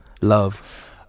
Love